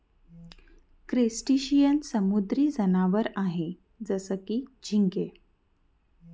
crustacean समुद्री जनावर आहे जसं की, झिंगे